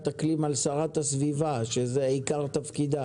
אקלים על שרת הסביבה שזה עיקר תפקידה?